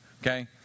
Okay